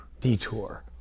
detour